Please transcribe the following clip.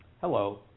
hello